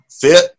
fit